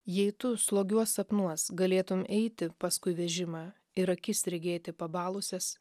jei tu slogiuos sapnuos galėtum eiti paskui vežimą ir akis regėti pabalusias